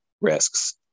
risks